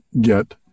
get